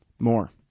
More